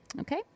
Okay